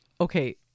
Okay